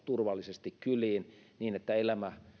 turvallisesti kyliin niin että elämä